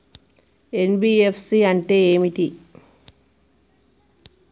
NBFC అంటే ఏమిటి?